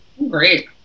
great